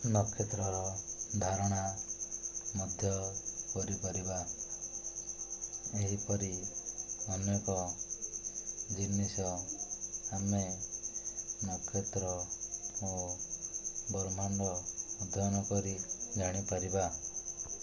ନକ୍ଷତ୍ରର ଧାରଣା ମଧ୍ୟ କରିପାରିବା ଏହିପରି ଅନେକ ଜିନିଷ ଆମେ ନକ୍ଷତ୍ର ଓ ବ୍ରହ୍ମାଣ୍ଡ ଅଧ୍ୟୟନ କରି ଜାଣିପାରିବା